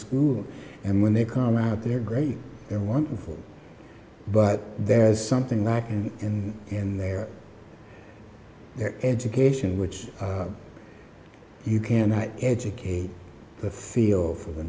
school and when they come out they're great they want reform but there's something lacking and in their education which you cannot educate the feel for the